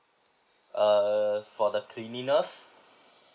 err for the cleanliness